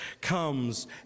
comes